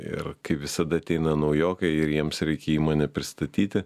ir kaip visada ateina naujokai ir jiems reikia įmonę pristatyti